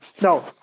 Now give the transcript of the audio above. No